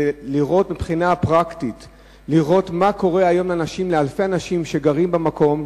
זה לראות מה קורה לאלפי האנשים שגרים במקום,